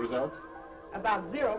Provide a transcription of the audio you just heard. results about zero